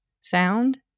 sound